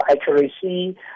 accuracy